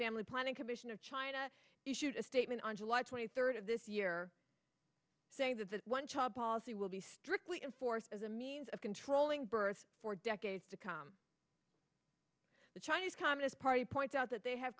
family planning commission of china issued a statement on july twenty third of this year saying that one child policy will be strictly enforced as a means of controlling birth for decades to come the chinese communist party points out that they have